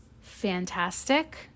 Fantastic